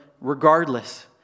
regardless